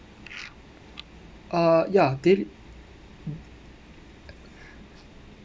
ah ya daily